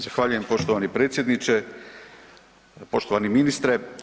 Zahvaljujem poštovani predsjedniče, poštovani ministre.